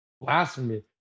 blasphemy